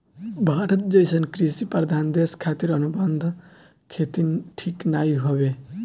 भारत जइसन कृषि प्रधान देश खातिर अनुबंध खेती ठीक नाइ हवे